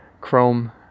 Chrome